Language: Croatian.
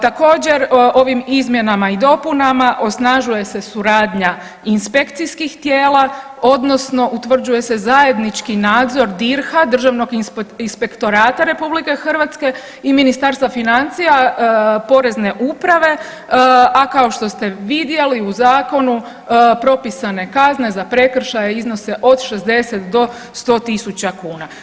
Također ovim izmjenama i dopunama osnažuje se suradnja inspekcijskih tijela odnosno utvrđuje se zajednički nadzor DIRH-a Državnog inspektorata RH i Ministarstva financija, Porezne uprave, a kao što ste vidjeli u zakonu propisane kazne za prekršaje iznose od 60 do 100.000 kuna.